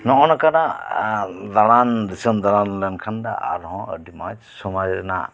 ᱱᱚᱜᱼᱚᱜ ᱱᱚᱝᱠᱟᱱᱟᱜ ᱫᱟᱲᱟᱱ ᱫᱤᱥᱚᱢ ᱫᱟᱲᱟᱱ ᱞᱮᱱᱠᱷᱟᱱ ᱫᱚ ᱟᱨᱦᱚᱸ ᱟᱹᱰᱤ ᱢᱚᱸᱡ ᱥᱚᱢᱟᱡᱽ ᱨᱮᱱᱟᱜ